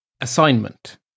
assignment